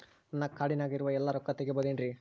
ನನ್ನ ಕಾರ್ಡಿನಾಗ ಇರುವ ಎಲ್ಲಾ ರೊಕ್ಕ ತೆಗೆಯಬಹುದು ಏನ್ರಿ?